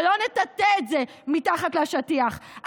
ולא נטאטא את זה מתחת לשטיח.